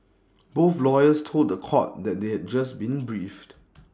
both lawyers told The Court that they had just been briefed